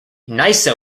nysa